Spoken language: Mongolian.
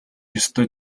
ёстой